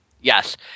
Yes